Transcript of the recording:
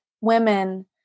women